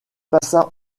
passa